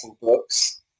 books